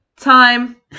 time